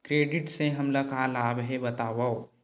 Credit से हमला का लाभ हे बतावव?